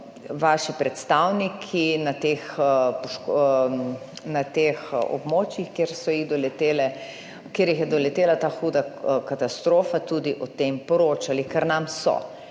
vaši predstavniki na teh območjih, kjer jih je doletela ta huda katastrofa, tudi o tem poročali, ker nam so